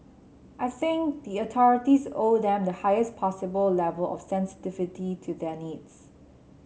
I think the authorities owe them the highest possible level of sensitivity to their needs